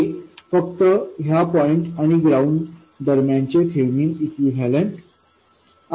हे फक्त ह्या पॉईंट आणि ग्राउंड दरम्यान चे थेवेनिन इक्विवेलेंट आहे